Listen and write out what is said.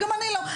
גם אני לא.